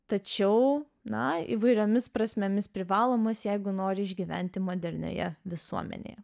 tačiau na įvairiomis prasmėmis privalomas jeigu nori išgyventi modernioje visuomenėje